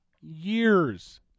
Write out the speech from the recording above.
Years